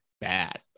bad